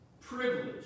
privilege